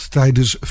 tijdens